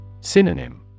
Synonym